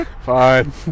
fine